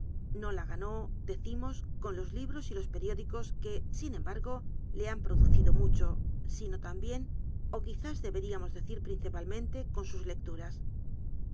no la ganó decimos con los libr osy los periódicos que sin embargo le han i'o ducido mucho sino tambien ó quizas deberíamos decir principa lmente con sus lecturas